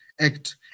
act